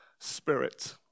Spirit